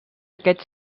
aquest